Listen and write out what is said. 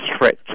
threat